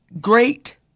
great